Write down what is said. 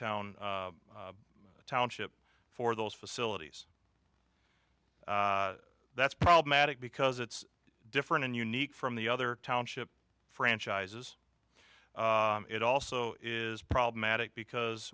town township for those facilities that's problematic because it's different and unique from the other township franchises it also is problematic because